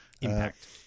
impact